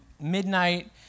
midnight